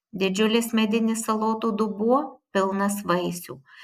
didžiulis medinis salotų dubuo pilnas vaisių